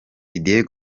didier